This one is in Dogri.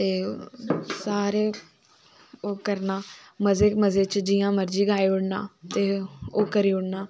ते सारे ओ करना मज़े च जियां मर्जी गाई ओड़ना ते ओहे करी ओड़ना